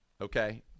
Okay